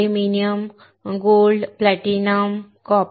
aluminium सोने platinum तांबे इ